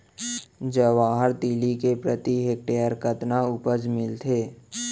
जवाहर तिलि के प्रति हेक्टेयर कतना उपज मिलथे?